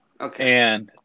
Okay